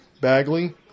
Bagley